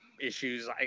issues